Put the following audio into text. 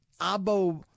abo